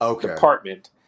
Department